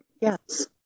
yes